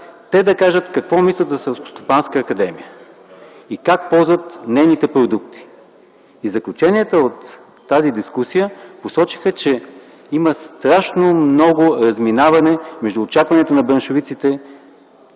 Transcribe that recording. те да кажат какво мислят за Селскостопанската академия и как ползват нейните продукти. Заключенията от тази дискусия посочиха, че има страшно много разминаване между очакванията на браншовиците